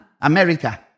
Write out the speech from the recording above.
America